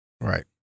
Right